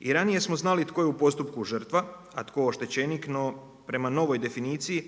I ranije smo znali tko je u postupku žrtva a tko oštećenik no prema novoj definiciji